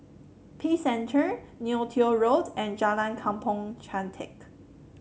Peace Center Neo Tiew Road and Jalan Kampong Chantek